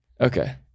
Okay